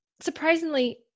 surprisingly